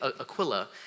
Aquila